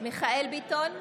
מיכאל מרדכי ביטון,